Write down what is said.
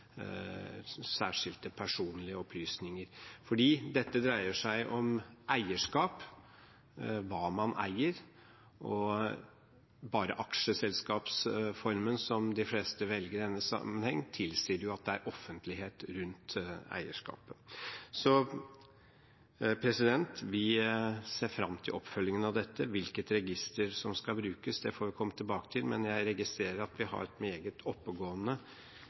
særskilte personlige opplysninger. Dette dreier seg om eierskap, og hva man eier. Og bare aksjeselskapsformen, som de fleste velger i denne sammenheng, tilsier at det er offentlighet rundt eierskapet. Vi ser fram til oppfølgingen av dette. Hvilket register som skal brukes, får vi komme tilbake til. Men jeg registrerer at vi har et meget oppegående